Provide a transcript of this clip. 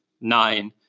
nine